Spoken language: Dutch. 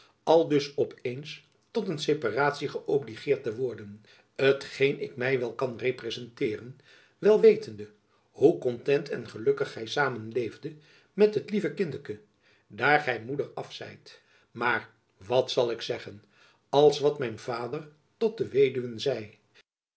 aldus op eens tot een separatie geobligeert te worden t geen ik my wel kan representeren wel wetende hoe content en gelukkig ghy samen leefdet met het lieve kindeken daer ghy moeder af sijt maer wat zal ik u segghen als wat mijn vader tot de weduwen zei